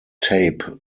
tape